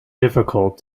difficult